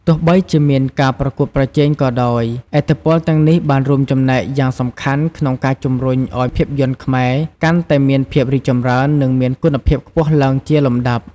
ទោះបីជាមានការប្រកួតប្រជែងក៏ដោយ ឥទ្ធិពលទាំងនេះបានរួមចំណែកយ៉ាងសំខាន់ក្នុងការជំរុញឱ្យភាពយន្តខ្មែរកាន់តែមានភាពរីកចម្រើន និងមានគុណភាពខ្ពស់ឡើងជាលំដាប់។